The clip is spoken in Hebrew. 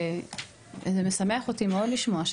וזה משמח אותי מאוד לשמוע,